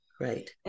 Right